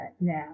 now